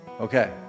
Okay